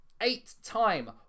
eight-time